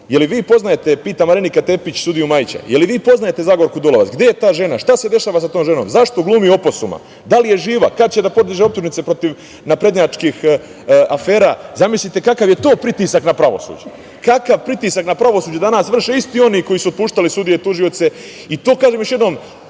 Dolovac. Pita Marinika Tepić sudiju Majića – Da li vi poznajete Zagorku Dolovac, gde je ta žena, šta se dešava sa tom ženom, zašto glumi oposuma, da li je živa, kad će da podiže optužnice protiv naprednjačkih afera? Zamislite kakav je to pritisak na pravosuđe, kakav pritisak na pravosuđe danas vrše isti oni koji su puštali sudije, tužioce, i to bez imalo